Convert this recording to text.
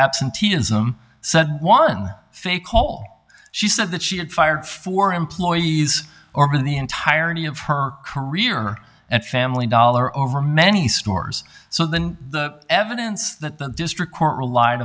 absenteeism one fake call she said that she had fired four employees or been the entirety of her career and family dollar over many stores so the evidence that the district court relied